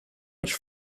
much